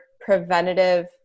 preventative